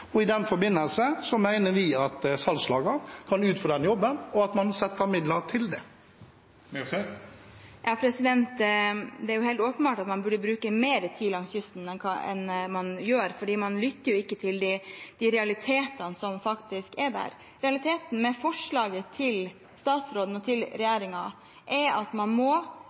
vi at salgslagene kan utføre den jobben, og at man setter av midler til det. Det er jo helt åpenbart at man burde bruke mer tid langs kysten enn man gjør, for man lytter jo ikke til de realitetene som faktisk er der. Realiteten i forslaget fra regjeringen er at man må